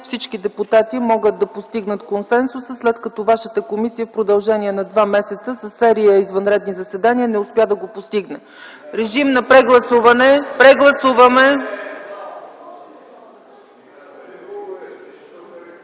всички депутати могат да постигнат консенсус, след като вашата комисия в продължение на два месеца след серия извънредни заседания не успя да го постигне. РЕПЛИКИ ОТ КБ: Е-е-е!